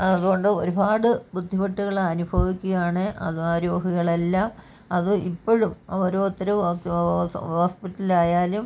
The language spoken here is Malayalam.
അതുകൊണ്ട് ഒരുപാട് ബുദ്ധിമുട്ടുകൾ അനുഭവിക്കുകയാണ് അത് ആ രോഗികളെല്ലാം അത് ഇപ്പോഴും ഓരോരുത്തരും ഹോസ്പിറ്റലായാലും